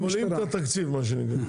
הם בולעים את התקציב מה שנקרא.